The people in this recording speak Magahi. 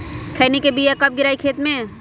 खैनी के बिया कब गिराइये खेत मे?